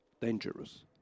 dangerous